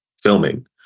filming